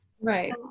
Right